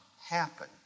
happen